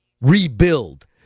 rebuild